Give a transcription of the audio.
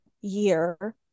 year